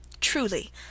Truly